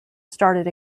started